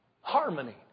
harmony